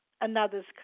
another's